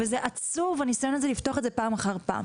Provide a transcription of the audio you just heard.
וזה עצוב הניסיון הזה לפתוח את זה פעם אחר פעם.